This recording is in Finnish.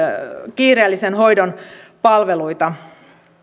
kiireellisen hoidon palveluita